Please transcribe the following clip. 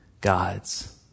God's